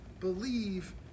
Believe